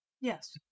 Yes